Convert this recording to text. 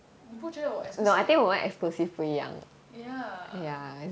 你不觉得我 exclusive meh ya